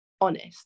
honest